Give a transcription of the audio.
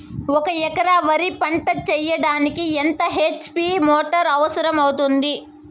ఒక ఎకరా వరి పంట చెయ్యడానికి ఎంత హెచ్.పి మోటారు అవసరం అవుతుంది?